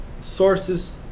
sources